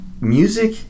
music